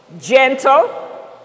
gentle